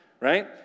right